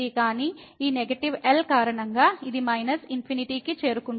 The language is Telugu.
కానీ ఈ నెగెటివ్ L కారణంగా ఇది మైనస్ ఇన్ఫినిటీ కి చేరుకుంటుంది